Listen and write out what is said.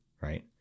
Right